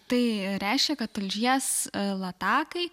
tai reiškia kad tulžies latakai